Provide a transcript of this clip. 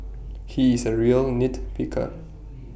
he is A real nit picker